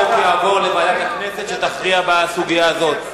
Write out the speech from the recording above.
החוק יועבר לוועדת הכנסת שתכריע בסוגיה הזאת.